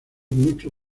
mucho